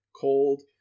cold